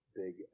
big